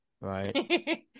right